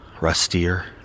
rustier